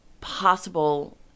possible